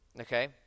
Okay